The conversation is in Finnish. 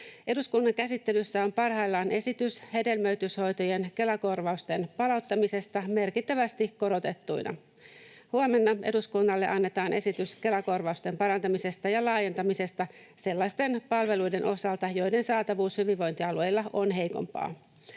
Eduskunnan käsittelyssä on parhaillaan esitys hedelmöityshoitojen Kela-korvausten palauttamisesta merkittävästi korotettuina. Huomenna eduskunnalle annetaan esitys Kela-korvausten parantamisesta ja laajentamisesta sellaisten palveluiden osalta, joiden saatavuus hyvinvointialueilla on heikompaa.